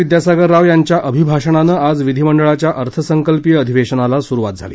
विद्यासागर राव यांच्या अभिभाषणानं आज विधिमंडळाच्या अर्थसकल्पीय अधिवेशनाला सुरूवात झाली